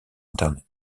internet